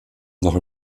noch